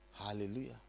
Hallelujah